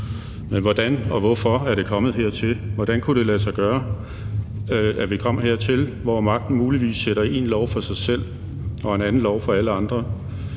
Men hvordan og hvorfor er det kommet hertil? Hvordan kunne det lade sig gøre at vi kom hertil, hvor magten muligvis sætter en lov for sig selv og en anden lov for alle andre?